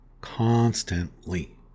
Constantly